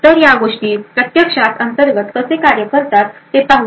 तर या गोष्टी प्रत्यक्षात अंतर्गत कसे कार्य करतात ते पाहूया